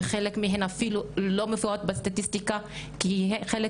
וחלק מהן אפילו לא מופיעות בסטטיסטיקה כי חלק